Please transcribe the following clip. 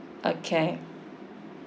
okay